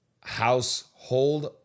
household